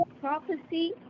prophecy